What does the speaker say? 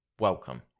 welcome